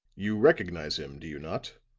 you recognize him, do you not?